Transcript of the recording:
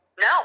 No